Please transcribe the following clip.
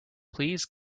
please